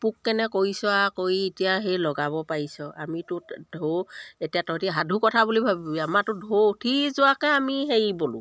পোক কেনে কৰিছ আৰু কৰি এতিয়া সেই লগাব পাৰিছ আমিতো সৌ এতিয়া তহঁতে সাধু কথা বুলি ভাবিবি আমাৰতো ঢৌ উঠি যোৱাকৈ আমি হেৰি ব'লোঁ